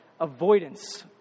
avoidance